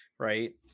Right